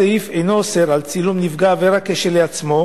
הסעיף אינו אוסר על צילום נפגע עבירה כשלעצמו,